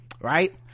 right